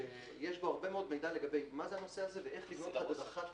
שיש בו הרבה מידע לגבי מה זה הנושא הזה ואיך לבנות הדרכה תכליתית,